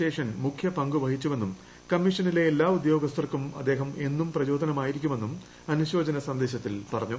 ശേഷൻ മുഖ്യ പങ്കു വഹിച്ചുവെന്നും കമ്മീഷനിലെ എല്ലാ ഉദ്യോഗസ്ഥർക്കും അദ്ദേഹം എന്നും പ്രചോദനമായിരിക്കുമെന്നും അനുശോചന സന്ദേശത്തിൽ പറഞ്ഞു